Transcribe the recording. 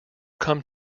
come